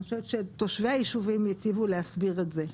אני חושבת שתושבי היישובים ייטיבו להסביר את זה.